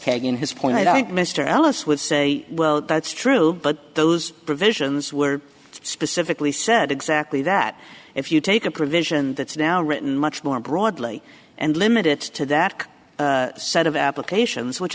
kagan has pointed out mr alice would say well that's true but those provisions were specifically said exactly that if you take a provision that's now written much more broadly and limited to that set of applications which